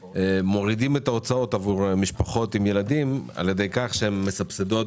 מורידים את ההוצאות עבור משפחות עם ילדים על ידי כך שהן מסבסדות